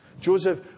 Joseph